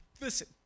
listen